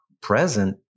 present